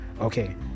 Okay